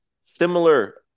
similar